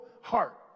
heart